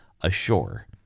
ashore